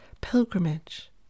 pilgrimage